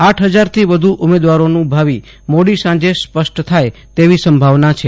આઠ હજારથી વધુ ઉમેદવારોનું ભાવિ મોડી સાંજે સ્પષ્ટ થાય તેવી સંભાવના છે